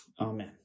Amen